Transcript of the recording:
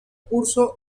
curso